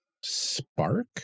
Spark